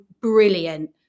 brilliant